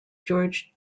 george